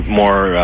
more